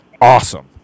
awesome